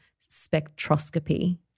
Spectroscopy